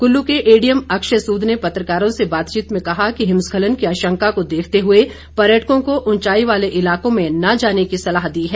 कुल्लू के एडीएम अक्षय सूद ने पत्रकारों से बातचीत में कहा कि हिमस्खलन की आशंका को देखते हुए पर्यटकों को उंचाई वाले इलाकों पर न जाने की सलाह दी है